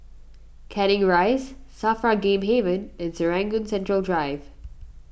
Canning Rise Safra Game Haven and Serangoon Central Drive